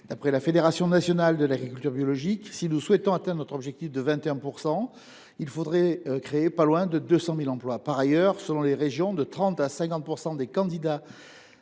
D’après la Fédération nationale de l’agriculture biologique (Fnab), si nous souhaitons atteindre notre objectif de 21 % de la SAU en bio, il faudrait créer près de 200 000 emplois. Par ailleurs, selon les régions, entre 30 % et 50 % des candidats